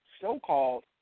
so-called